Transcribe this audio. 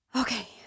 Okay